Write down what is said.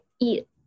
eat